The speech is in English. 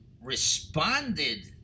responded